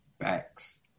Facts